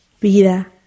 Vida